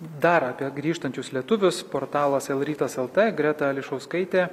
dar apie grįžtančius lietuvius portalas lrytas lt greta ališauskaitė